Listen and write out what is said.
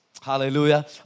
Hallelujah